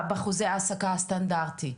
בחוזה העסקה הסטנדרטי.